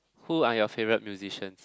who are your favorite musicians